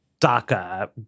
DACA